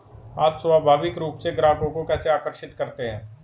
आप स्वाभाविक रूप से ग्राहकों को कैसे आकर्षित करते हैं?